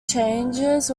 changes